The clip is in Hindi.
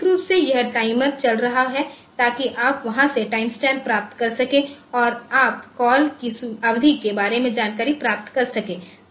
आंतरिक रूप से यह टाइमर चल रहा है ताकि आप वहां से टाइमस्टैम्प प्राप्त कर सकें और आप कॉल की अवधि के बारे में जानकारी प्राप्त कर सकें